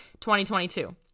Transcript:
2022